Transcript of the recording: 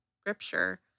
scripture